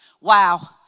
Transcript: Wow